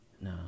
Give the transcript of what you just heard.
No